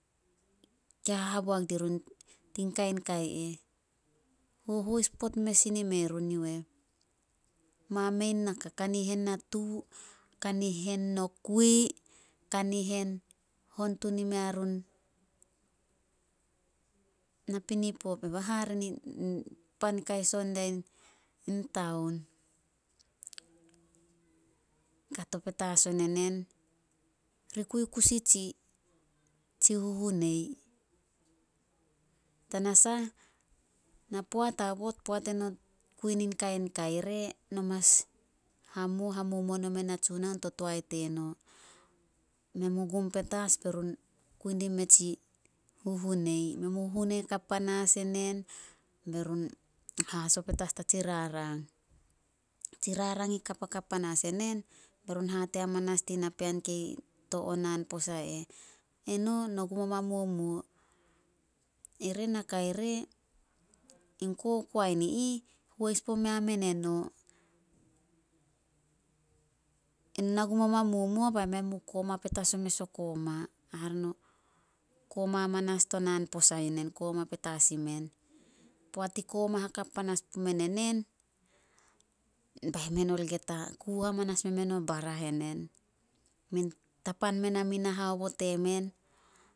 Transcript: Ke hahaboak dirun tin kain kai eh. Hohois pot mes sin ime run yu eh. Mamein naka, kanihen natu, kanihen nokui, kanihen hon tun imea run pan kai son dia in taon. Kato petas on enen. Ri kui kusi tsi- tsi huhunei. Tanasah, na poat aobot poat eno kui ni kain kai re, no mas hamuo, hamomuo nomen Natsunaon to toae teno. Men mu gum petas berun kui dime tsi huhunei. Huhunei kap panas enen berun haso petas dia tsi rarang. Tsi rarang i kapakap panas enen berun hate petas din napean kei to o naan posa, "Eno- no gum omai momuo. Ere, nakai re, in kokoen i ih, hois bo mea men eno. Eno na gum omai momuo be men mu koma petas o mes o koma." Hare no koma manas to naan posa yu nen koma petas imen. Poat i koma hakap panas pumen enen, bai men olgeta ku amanas o barah enen. Tapan men na mina haobot temen